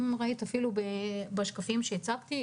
בשקפים שהצגתי,